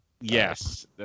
yes